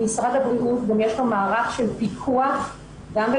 יש התייחסות לאיברים, לא לאדם.